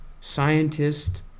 scientist